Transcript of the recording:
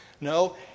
no